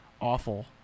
awful